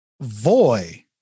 voy